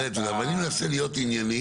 גם אני מנסה להיות ענייני.